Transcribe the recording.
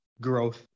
growth